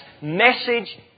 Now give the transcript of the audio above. message